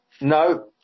No